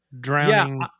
drowning